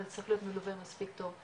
אבל זה צריך להיות מלווה מספיק טוב.